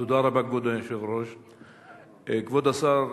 כבוד השר,